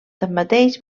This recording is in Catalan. tanmateix